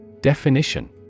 Definition